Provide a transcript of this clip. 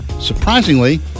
surprisingly